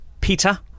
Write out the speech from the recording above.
Peter